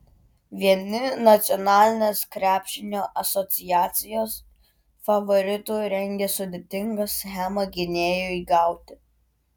vieni nacionalinės krepšinio asociacijos favoritų rengia sudėtingą schemą gynėjui gauti